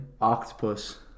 Octopus